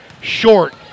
Short